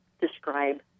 describe